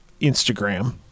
Instagram